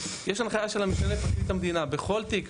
יש הנחיה של המשנה לפרקליט המדינה - בכל תיק,